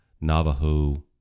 Navajo